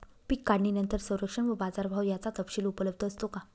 पीक काढणीनंतर संरक्षण व बाजारभाव याचा तपशील उपलब्ध असतो का?